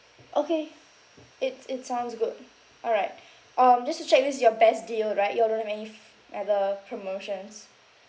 okay it's it sounds good all right um just to check this is your best deal right you all don't have any f~ other promotions